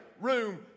room